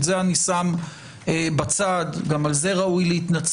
את זה אני שם בצד גם על זה ראוי להתנצל,